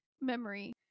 memory